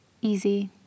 easy